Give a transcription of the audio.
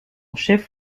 chef